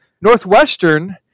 Northwestern